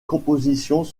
compositions